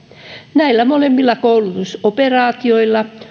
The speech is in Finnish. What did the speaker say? näillä molemmilla koulutusoperaatioilla